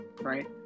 right